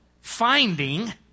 finding